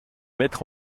mettre